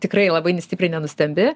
tikrai labai nestipriai nenustembi